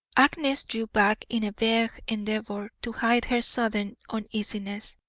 agnes drew back in a vague endeavour to hide her sudden uneasiness.